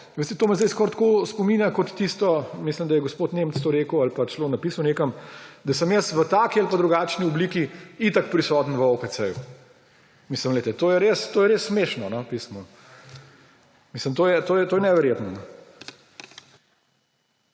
Veste, to me zdaj skoraj spominja, kot mislim, da je gospod Nemec to rekel ali pa celo napisal nekam, da sem jaz v taki ali pa drugačni obliki itak prisoten v OKC. Glejte, to je res smešno. To je neverjetno.